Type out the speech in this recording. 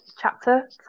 chapter